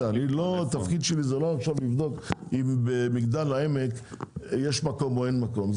התפקיד שלי זה לא עכשיו לבדוק אם במגדל העמק יש מקום או אין מקום,